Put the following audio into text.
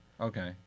Okay